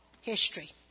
History